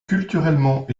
culturellement